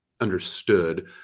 understood